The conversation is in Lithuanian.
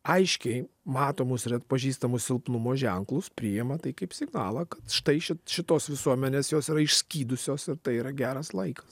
aiškiai matomus ir atpažįstamus silpnumo ženklus priima tai kaip signalą kad štai šit šitos visuomenės jos yra išskydusios ir tai yra geras laikas